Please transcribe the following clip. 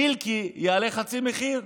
מילקי יעלה חצי מחיר,